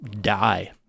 die